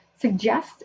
Suggest